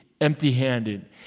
empty-handed